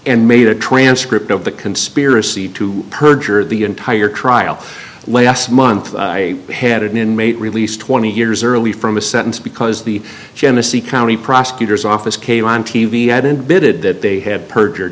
and made a transcript of the conspiracy to perjure the entire trial last month i had an inmate release twenty years early from a sentence because the genesee county prosecutor's office came on t v ad and bitted that they had perjured